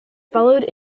followed